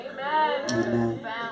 Amen